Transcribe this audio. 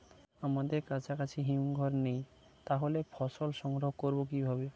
আমাদের কাছাকাছি হিমঘর নেই তাহলে ফসল সংগ্রহ করবো কিভাবে?